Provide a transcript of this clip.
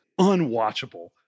unwatchable